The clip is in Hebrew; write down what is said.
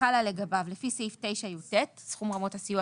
החלה לגביו לפי סעיף 9יט - סכום רמות הסיוע